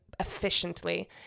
efficiently